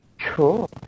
Cool